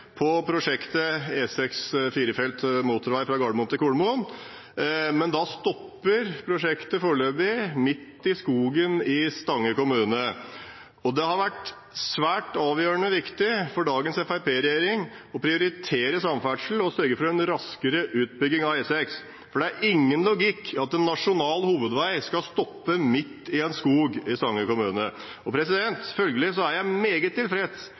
på prosjektet E6 firefelts motorvei fra Gardermoen til Kolomoen, men da stopper prosjektet foreløpig midt i skogen i Stange kommune. Det har vært avgjørende viktig for dagens Høyre–Fremskrittsparti-regjering å prioritere samferdsel og sørge for en raskere utbygging av E6, for det er ingen logikk i at en nasjonal hovedvei skal stoppe midt i en skog i Stange kommune. Følgelig er jeg meget tilfreds